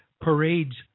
parades